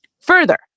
Further